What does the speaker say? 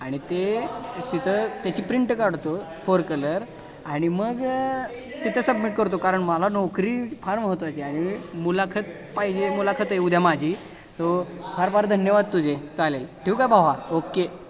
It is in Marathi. आणि ते तिचं त्याची प्रिंट काढतो फोर कलर आणि मग तिते सबमिट करतो कारण मला नोकरी फार महत्वाची आहे आणि मुलाखत पाहिजे मुलाखत आहे उद्या माझी सो फार फार धन्यवाद तुझे चालेल ठेवू का भावा ओके